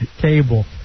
Cable